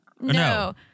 No